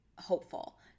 hopeful